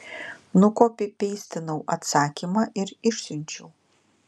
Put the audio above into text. nukopipeistinau atsakymą ir išsiunčiau